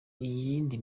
iyindi